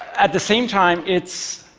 at the same time, it's